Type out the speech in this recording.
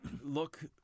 look